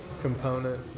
component